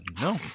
No